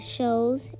shows